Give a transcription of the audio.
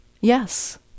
yes